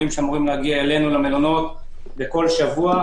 שאמורים להגיע אלינו למלונות כל שבוע,